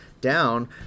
down